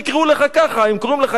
אם קוראים לך יוסף או יצחק,